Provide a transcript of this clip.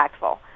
impactful